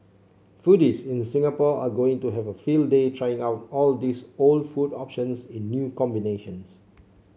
foodies in Singapore are going to have a field day trying out all these old food options in new combinations